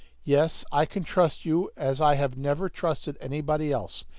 yes, i can trust you as i have never trusted anybody else!